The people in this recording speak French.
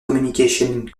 communication